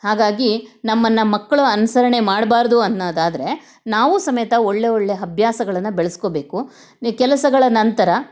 ಹಾಗಾಗಿ ನಮ್ಮನ್ನು ಮಕ್ಕಳು ಅನುಸರಣೆ ಮಾಡಬಾರ್ದು ಅನ್ನೋದಾದರೆ ನಾವೂ ಸಮೇತ ಒಳ್ಳೆಯ ಒಳ್ಳೆಯ ಅಭ್ಯಾಸಗಳನ್ನ ಬೆಳೆಸ್ಕೋಬೇಕು ಕೆಲಸಗಳ ನಂತರ